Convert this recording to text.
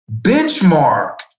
benchmark